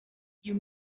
you